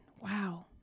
Wow